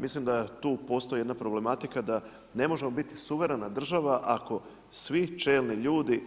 Mislim da tu postoji jedna problematika da ne možemo biti suverena država ako svi čelni ljudi